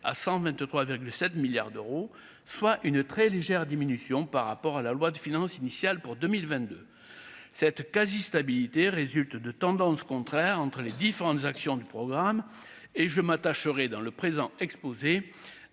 à 123,7 milliards d'euros, soit une très légère diminution par rapport à la loi de finances initiale pour 2022 cette quasi-stabilité résulte de tendances contraires entre les différentes actions du programme et je m'attacherai dans le présent à vous